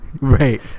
Right